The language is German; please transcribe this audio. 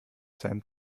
cent